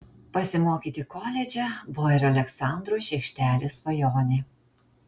pasimokyti koledže buvo ir aleksandro šiekštelės svajonė